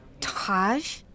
Taj